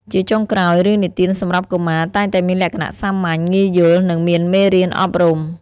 ជាចុងក្រោយ រឿងនិទានសម្រាប់កុមារ តែងតែមានលក្ខណៈសាមញ្ញ ងាយយល់ និងមានមេរៀនអប់រំ។